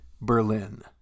Berlin